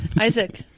Isaac